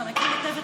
אתה מכיר היטב,